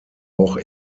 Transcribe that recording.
auch